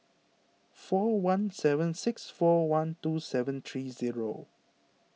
four one seven six four one two seven three zero